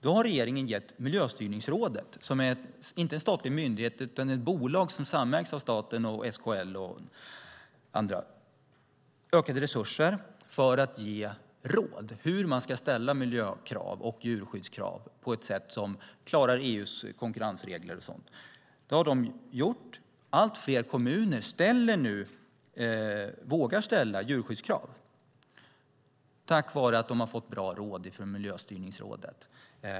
Då har regeringen gett Miljöstyrningsrådet - som inte är en statlig myndighet utan ett bolag som samägs av staten, SKL och några andra - ökade resurser för att ge råd om hur man ska ställa miljö och djurskyddskrav på ett sätt som klarar EU:s konkurrensregler och annat. Det har de gjort, och allt fler kommuner vågar nu ställa djurskyddskrav, tack vare att de har fått bra råd från Miljöstyrningsrådet.